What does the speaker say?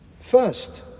First